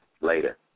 Later